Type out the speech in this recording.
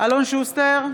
אלון שוסטר,